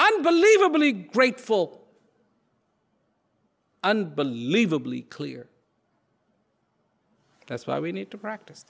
unbelievably great fall unbelievably clear that's why we need to practice